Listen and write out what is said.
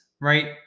right